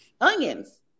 onions